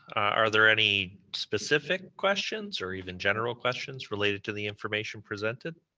are there any specific questions or even general questions related to the information presented?